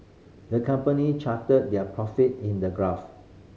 the company charted their profit in the graph